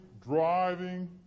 driving